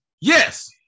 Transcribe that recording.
Yes